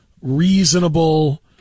reasonable